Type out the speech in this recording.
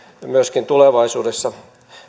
tulevaisuudessa